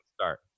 start